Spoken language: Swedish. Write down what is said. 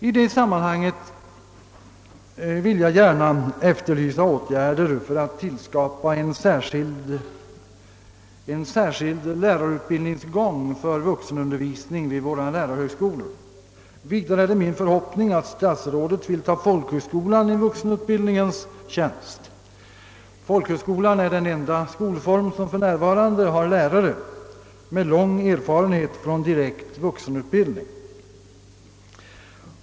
I det sammanhanget efterlyser jag åtgärder för tillskapandet av en särskild lärarutbildningsgång för vuxenundervisning vid våra lärarhögskolor. Det är också min förhoppning att statsrådet vill ta folkhögskolan i vuxenutbildningens tjänst. Folkhögskolan är den enda skolform som för närvarande har lärare med lång erfarenhet av direkt vuxenutbildning.